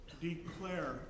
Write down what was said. declare